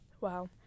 Wow